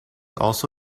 also